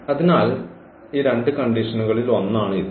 അതിനാൽ ഈ രണ്ട് കണ്ടീഷനുകളിൽ ഒന്നാണ് ഇത്